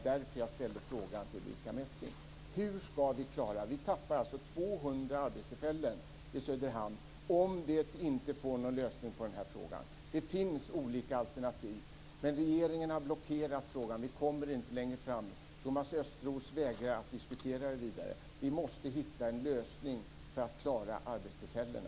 Det är anledningen till att jag ställde min fråga till 200 arbetstillfällen om det inte går att få en lösning i detta avseende. Det finns olika alternativ men regeringen har blockerat frågan. Vi kommer inte längre. Thomas Östros vägrar att diskutera frågan vidare men vi måste alltså hitta en lösning för att klara arbetstillfällena.